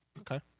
Okay